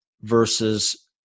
versus